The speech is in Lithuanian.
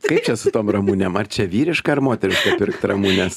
kaip čia su tom ramunėm ar čia vyriška ar moteriška pirkt ramunes